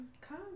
Come